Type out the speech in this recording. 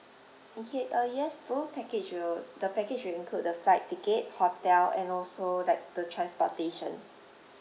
okay uh yes both package will the package will include the flight ticket hotel and also like the transportation